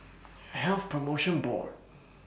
Health promotion Board